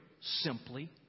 simply